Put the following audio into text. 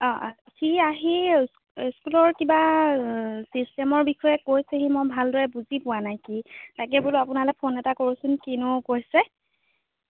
অঁ অঁ সি আহিল স্কুলৰ কিবা ছিষ্টেমৰ বিষয়ে কৈছেহি মই ভালদৰে বুজি পোৱা নাই কি তাকে বোলো আপোনালৈ ফোন এটা কৰোঁচোন কিনো কৈছে